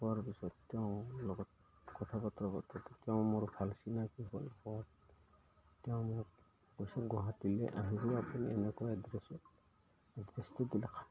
হোৱাৰ পিছত তেওঁ লগত কথা বতৰা পাতোঁতে তেওঁ মোৰ ভাল চিনাকি হ'ল হোৱাত তেওঁ মোক কৈছিল গুৱাহাটীলে আহিব আপুনি এনেকুৱা এড্ৰেছত এড্ৰেছটো দিলে